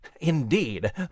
Indeed